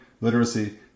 literacy